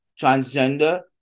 transgender